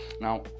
now